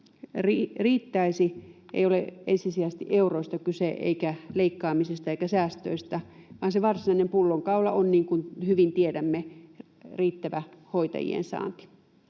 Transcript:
riittäisi. Ei ole ensisijaisesti euroista kyse eikä leikkaamisesta eikä säästöistä, vaan se varsinainen pullonkaula on, niin kuin hyvin tiedämme, riittävä hoitajien saanti.